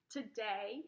Today